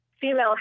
Female